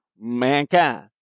mankind